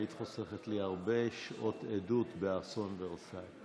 היית חוסכת לי הרבה שעות עדות באסון ורסאי.